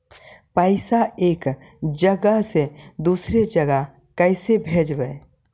पैसा एक जगह से दुसरे जगह कैसे भेजवय?